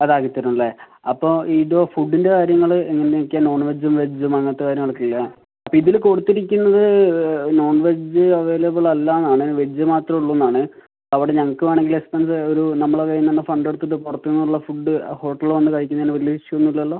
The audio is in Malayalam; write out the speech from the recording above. അതാക്കിത്തരും അല്ലേ അപ്പോൾ ഇതോ ഫുഡ്ഡിൻ്റെ കാര്യങ്ങൾ എങ്ങനെയൊക്കെയാണ് നോൺ വെജും വെജും അങ്ങനത്തെ കാര്യങ്ങളൊക്കെയില്ലേ അപ്പോൾ ഇതിൽ കൊടുത്തിരിക്കുന്നത് നോൺവെജ് അവൈലബിൾ അല്ലയെന്നാണ് വെജ് മാത്രമേ ഉള്ളൂയെന്നാണ് അവിടെ ഞങ്ങൾക്ക് വേണമെങ്കിൽ എക്സ്പെൻസ് ഒരു നമ്മളെ കയ്യിൽ നിന്നുതന്നെ ഫണ്ടെടുത്തിട്ട് പുറത്തു നിന്നുള്ള ഫുഡ്ഡ് ഹോട്ടലിൽ വന്നു കഴിക്കുന്നതിനു വലിയ ഇഷ്യൂ ഒന്നുമില്ലല്ലോ